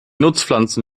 nutzpflanzen